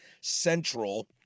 Central